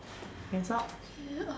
can stop